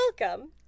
welcome